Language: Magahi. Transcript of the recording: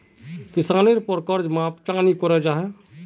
किसानेर पोर कर्ज माप चाँ नी करो जाहा?